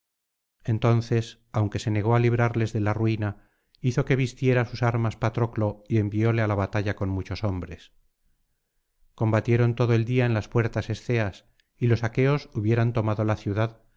entonces aunque se negó á librarles de la ruina hizo que vistiera sus armas patroclo y envióle á la batalla con muchos hombres combatieron todo el día en las puertas esceas y los aqueos hubieran tomado la ciudad